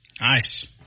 Nice